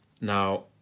Now